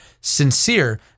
sincere